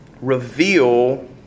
reveal